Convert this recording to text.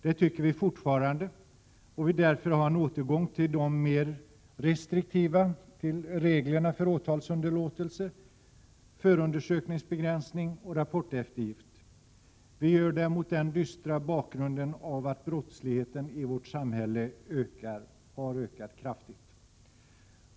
Det tycker vi fortfarande, och vi vill därför ha en återgång till de mer restriktiva reglerna för åtalsunderlåtelse, förundersökningsbegränsning och rapporteftergift. Vi anser detta mot den dystra bakgrunden att brottsligheten i vårt samhälle har ökat kraftigt.